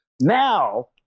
Now